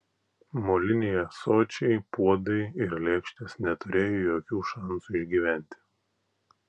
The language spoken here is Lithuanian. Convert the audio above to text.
moliniai ąsočiai puodai ir lėkštės neturėjo jokių šansų išgyventi